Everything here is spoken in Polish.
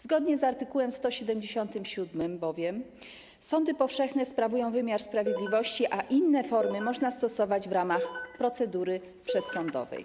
Zgodnie z art. 177 bowiem sądy powszechne sprawują wymiar sprawiedliwości, a inne formy można stosować w ramach procedury przedsądowej.